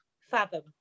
fathom